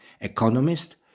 economist